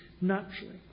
naturally